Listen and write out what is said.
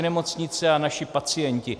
Nemocnice a naši pacienti.